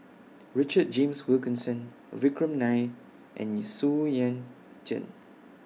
Richard James Wilkinson Vikram Nair and Xu Yuan Zhen